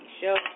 Show